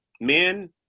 men